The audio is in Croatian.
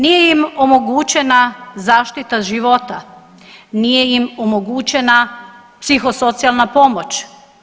Nije im omogućena zaštita života, nije im omogućena psihosocijalna pomoć.